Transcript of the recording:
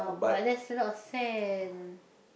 but there's a lot of sand